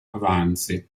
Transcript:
avanzi